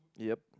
yup